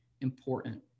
important